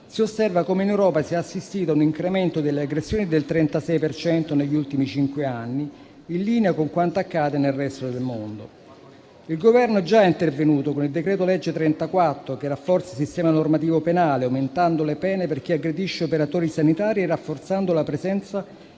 si osserva come in Europa si è assistito a un incremento delle aggressioni del 36 per cento negli ultimi cinque anni, in linea con quanto accade nel resto del mondo. Il Governo è già intervenuto con il decreto-legge n. 34 del 2023, che rafforza il sistema normativo penale, aumentando le pene per chi aggredisce operatori sanitari e rafforzando la presenza